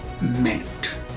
meant